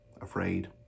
afraid